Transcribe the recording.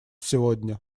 сегодня